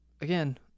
again